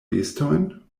bestojn